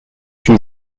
une